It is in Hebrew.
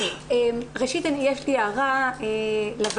ראשית, יש לי הערה לוועדה.